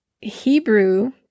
Hebrew